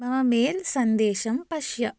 मम मेल् सन्देशं पश्य